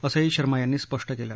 असंही शर्मा यांनी स्पष्ट केलं